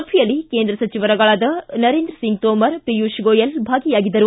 ಸಭೆಯಲ್ಲಿ ಕೇಂದ್ರ ಸಚಿವರುಗಳಾದ ನರೇಂದ್ರ ಸಿಂಗ್ ತೋಮರ್ ಪಿಯುಷ್ ಗೋಯಲ್ ಭಾಗಿಯಾಗಿದ್ದರು